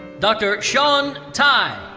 dr. shan tie.